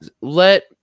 let